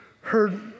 heard